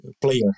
player